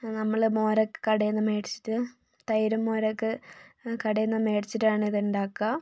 നമ്മള് മോരൊക്കെ കടയിൽ നിന്ന് മേടിച്ചിട്ട് തൈരും മോരൊക്കെ കടയിൽ നിന്ന് മേടിച്ചിട്ടാണ് ഇത് ഉണ്ടാക്കുക